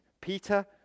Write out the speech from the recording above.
Peter